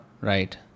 Right